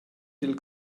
dil